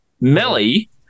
Melly